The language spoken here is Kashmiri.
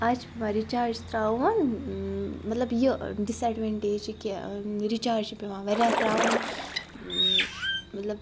اَز چھِ پٮ۪وان رِچارٕج ترٛاوُن مطلب یہِ ڈِس اٮ۪ڈوَٮ۪نٛٹیج چھِ کینٛہہ رِچارٕج چھِ پٮ۪وان واریاہ ترٛاوُن مطلب